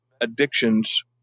addictions